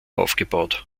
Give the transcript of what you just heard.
aufgebaut